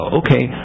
okay